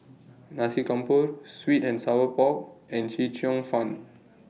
Nasi Campur Sweet and Sour Pork and Chee Cheong Fun